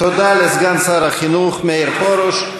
תודה לסגן שר החינוך מאיר פרוש.